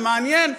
זה מעניין.